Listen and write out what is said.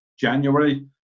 January